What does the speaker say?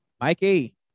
mikey